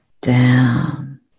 down